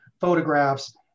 photographs